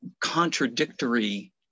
contradictory